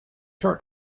short